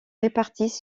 répartis